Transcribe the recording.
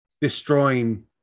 destroying